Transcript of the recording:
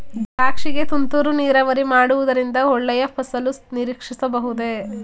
ದ್ರಾಕ್ಷಿ ಗೆ ತುಂತುರು ನೀರಾವರಿ ಮಾಡುವುದರಿಂದ ಒಳ್ಳೆಯ ಫಸಲು ನಿರೀಕ್ಷಿಸಬಹುದೇ?